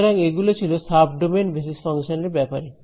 সুতরাং এগুলো ছিল সাবডোমেন বেসিস ফাংশনের ব্যাপারে